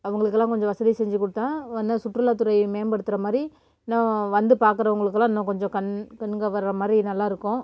அவங்களுக்கெல்லாம் கொஞ்சம் வசதி செஞ்சு கொடுத்தா வந்து அது சுற்றுலாத்துறையை மேம்படுத்துகிற மாதிரி இன்னும் வந்து பார்க்குறவங்களுக்குலாம் இன்னும் கொஞ்சம் கண் கண் கவர்ற மாதிரி நல்லா இருக்கும்